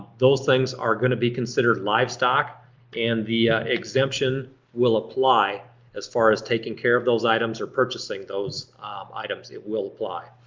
those things are gonna be considered livestock and the exemption will apply as far as taking care of those items or purchasing those items it will apply.